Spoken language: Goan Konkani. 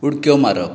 उडक्यो मारप